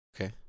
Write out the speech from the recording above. Okay